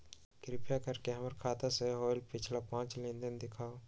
कृपा कर के हमर खाता से होयल पिछला पांच लेनदेन दिखाउ